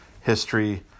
history